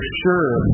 sure